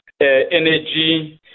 energy